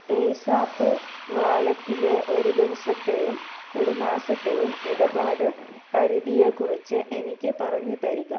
PayZapp വാലറ്റിലെ ഒരു ദിവസത്തെയും ഒരു മാസത്തെയും ഇടപാട് പരിധിയെക്കുറിച്ച് എനിക്ക് പറഞ്ഞുതരിക